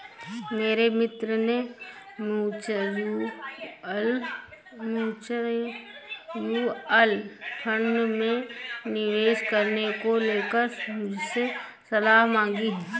मेरे मित्र ने म्यूच्यूअल फंड में निवेश करने को लेकर मुझसे सलाह मांगी है